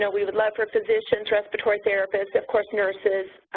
so we would love for physicians, respiratory therapists, of course, nurses,